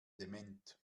dement